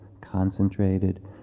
concentrated